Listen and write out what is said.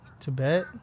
Tibet